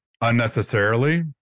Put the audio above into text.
unnecessarily